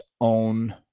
own